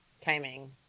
timing